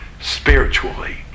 spiritually